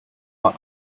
what